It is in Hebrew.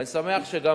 ואני שמח שעם